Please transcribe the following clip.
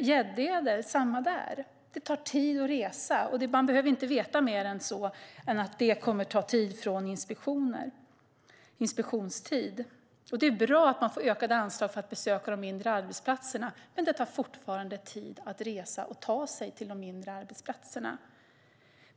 Gäddede, det är samma där. Det tar tid att resa. Man behöver inte veta mer än att det kommer att ta tid från inspektionstid. Det är bra att man får ökade anslag för att besöka de mindre arbetsplatserna, men det tar fortfarande tid att ta sig till de mindre arbetsplatserna.